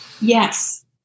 Yes